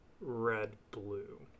red-blue